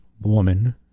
Woman